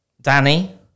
Danny